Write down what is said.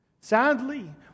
Sadly